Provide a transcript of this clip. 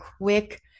quick